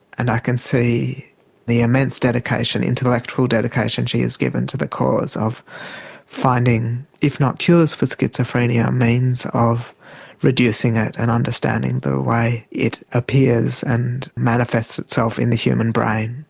and i can see the immense dedication, intellectual dedication she has given to the cause of finding if not cures for schizophrenia, means of reducing it and understanding the way it appears and manifests itself in the human brain.